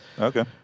Okay